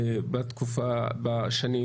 על ההתחלה